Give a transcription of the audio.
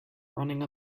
running